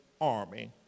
army